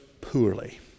poorly